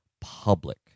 public